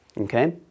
okay